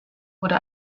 wurde